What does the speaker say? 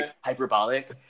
hyperbolic